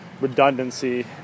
redundancy